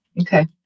Okay